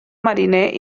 mariner